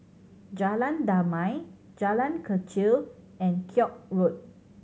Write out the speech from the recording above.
Jalan Damai Jalan Kechil and Koek Road